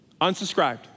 Unsubscribed